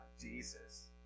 Jesus